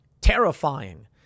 Terrifying